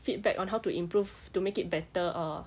feedback on how to improve to make it better or